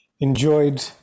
enjoyed